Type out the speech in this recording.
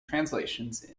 translations